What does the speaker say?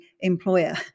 employer